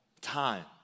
time